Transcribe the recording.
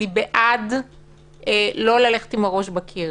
אני בעד לא ללכת עם הראש בקיר.